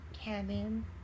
Cannon